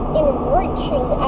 enriching